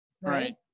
right